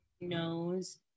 knows